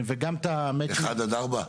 1-4?